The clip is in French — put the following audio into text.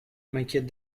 m’inquiète